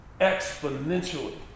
exponentially